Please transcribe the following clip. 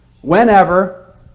whenever